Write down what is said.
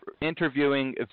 interviewing